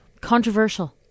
Controversial